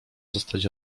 zostać